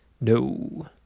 No